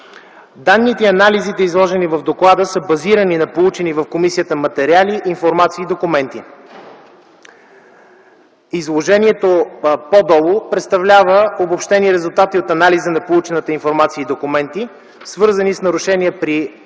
Данните и анализите изложени в доклада са базирани на получени в комисията материали, информация и документи. Изложението по-долу представлява обобщени резултати от анализа на получената информация и документи, свързани с нарушения при разходи,